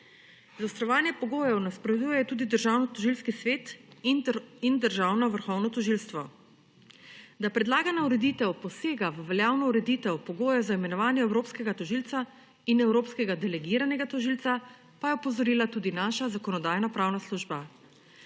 Zaostrovanju pogojev nasprotuje tudi Državnotožilski svet in Vrhovno državno tožilstvo. Da predlagana ureditev posega v veljavno ureditev pogojev za imenovane evropskega tožilca in evropskega delegiranega tožilca, pa je opozorila tudi naša Zakonodajno-pravna služba.